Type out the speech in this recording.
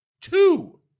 Two